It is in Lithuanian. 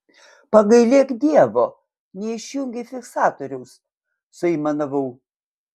pagailėk dievo neišjungei fiksatoriaus suaimanavau